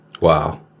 Wow